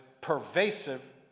pervasive